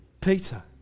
Peter